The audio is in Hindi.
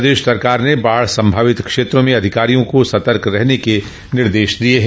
प्रदेश सरकार ने बाढ़ संभावित क्षेत्रों में अधिकारियों को सतर्क रहने के निर्देश दिये हैं